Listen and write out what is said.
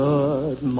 Good